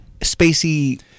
Spacey